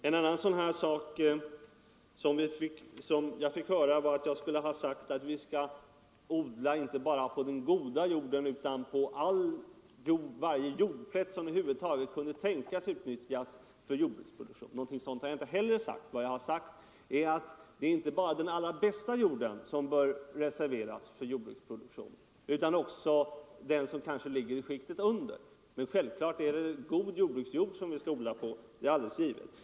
En annan sak som jag fick höra var att jag skulle ha sagt att vi borde odla inte bara på den fina jorden utan på varje jordplätt som över huvud taget kunde tänkas bli utnyttjad för jordbruksproduktion. Vad jag har sagt är att inte bara den bästa jorden bör reserveras för jordbruksproduktion utan också den som kanske ligger i skiktet därnäst. Men självfallet är det god jordbruksjord som vi skall odla på.